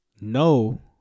No